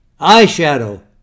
eyeshadow